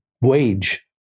wage